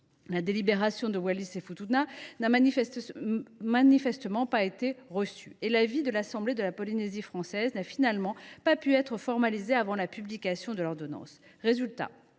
la délibération de Wallis et Futuna ne l’a manifestement pas été et l’avis de l’assemblée de la Polynésie française n’a finalement pas pu être formalisé avant la publication de l’ordonnance. Résultat